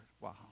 Wow